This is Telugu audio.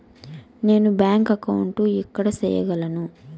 నేను బ్యాంక్ అకౌంటు ఎక్కడ సేయగలను